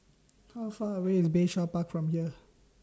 How Far away IS Bayshore Park from here